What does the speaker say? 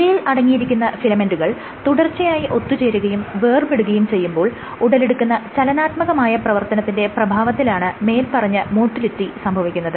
ഇവയിൽ അടങ്ങിയിരിക്കുന്ന ഫിലമെന്റുകൾ തുടർച്ചയായി ഒത്തുചേരുകയും വേർപെടുകയും ചെയ്യുമ്പോൾ ഉടലെടുക്കുന്ന ചലനാത്മകമായ പ്രവർത്തനത്തിന്റെ പ്രഭാവത്തിലാണ് മേല്പറഞ്ഞ മോട്ടിലിറ്റി സംഭവിക്കുന്നത്